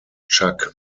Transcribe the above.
chuck